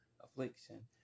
affliction